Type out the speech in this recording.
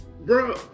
Bro